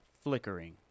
flickering